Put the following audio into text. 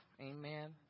Amen